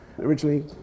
originally